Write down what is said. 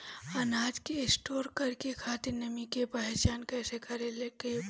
अनाज के स्टोर करके खातिर नमी के पहचान कैसे करेके बा?